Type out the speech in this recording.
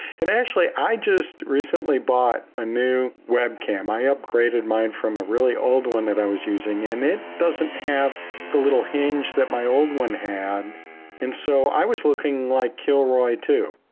and actually, i just recently bought a new webcam. i upgraded mine from a really old one that i was using. and it doesn't have the little hinge that my old one had and so i was looking like kilroy too,